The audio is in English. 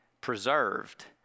preserved